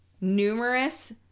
numerous